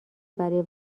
برای